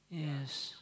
yes